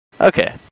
Okay